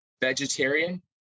vegetarian